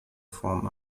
form